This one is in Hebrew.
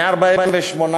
148